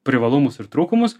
privalumus ir trūkumus